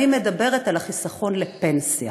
אני מדברת על החיסכון לפנסיה.